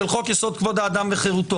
של חוק-יסוד: כבוד האדם וחירותו.